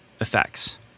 effects